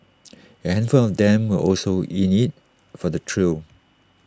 A handful of them were also in IT for the thrill